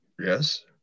yes